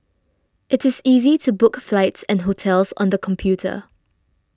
it is easy to book flights and hotels on the computer